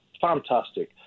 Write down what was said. fantastic